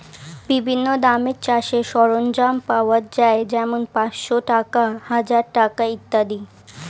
বিভিন্ন দামের চাষের সরঞ্জাম পাওয়া যায় যেমন পাঁচশ টাকা, হাজার টাকা ইত্যাদি